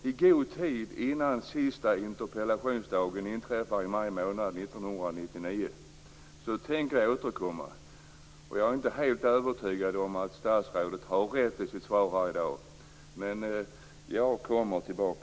I god tid innan sista interpellationsdagen inträffar i maj månad i år, 1999, tänker jag återkomma. Jag är alltså inte helt övertygad om att statsrådet har rätt när det gäller det som hon säger i sitt svar här i dag. Jag återkommer således.